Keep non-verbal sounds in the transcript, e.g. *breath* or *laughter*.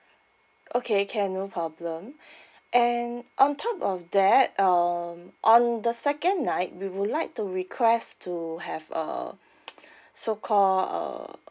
okay can no problem *breath* and on top of that um on the second night we would like to request to have a *noise* so call uh